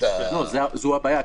זו הבעיה,